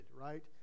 right